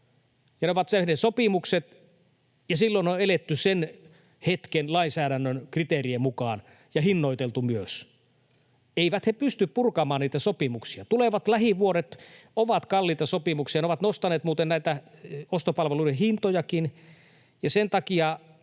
ne ovat tehneet sopimukset, ja silloin on eletty sen hetken lainsäädännön kriteerien mukaan ja hinnoiteltu myös. Eivät ne pysty purkamaan niitä sopimuksia. Tulevina lähivuosina on kalliita sopimuksia — ne ovat nostaneet muuten näitä ostopalveluiden hintojakin — ja sen takia